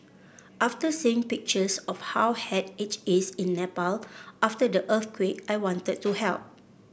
after seeing pictures of how had it is in Nepal after the earthquake I wanted to help